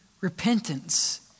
repentance